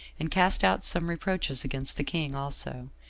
and cast out some reproaches against the king also,